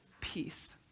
peace